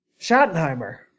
Schottenheimer